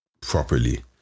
properly